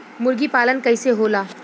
मुर्गी पालन कैसे होला?